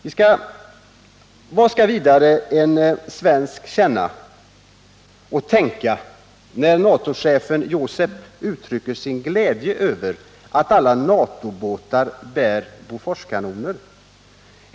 Vad skall vidare en svensk känna och tänka när NATO-chefen Joseph uttrycker sin glädje över att alla NATO-båtar bär Boforskanoner?